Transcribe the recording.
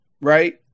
right